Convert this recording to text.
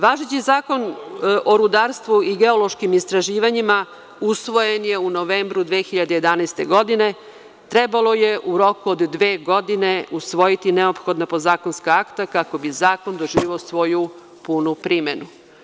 Važeći Zakon o rudarstvu i geološkim istraživanjima usvojen je u novembru 2011. godine, trebalo je u roku od dve godine usvojiti neophodna podzakonska akta, kako bi zakon doživeo svoju punu primenu.